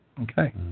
Okay